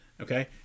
Okay